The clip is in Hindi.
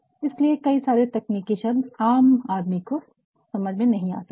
इसलिए कई सारे तकनीकी शब्द आम आदमी को समझ में नहीं आ सकते हैं